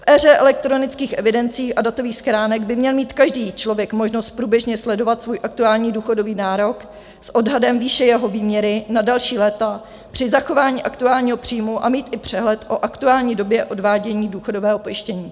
V éře elektronických evidencí a datových schránek by měl mít každý člověk možnost průběžně sledovat svůj aktuální důchodový nárok s odhadem výše jeho výměry na další léta při zachování aktuálního příjmu a mít i přehled o aktuální době odvádění důchodového pojištění.